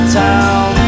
town